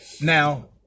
Now